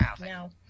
Now